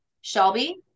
Shelby